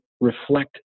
reflect